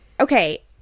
Okay